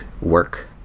work